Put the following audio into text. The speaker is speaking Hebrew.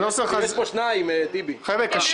קשה לי.